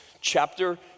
chapter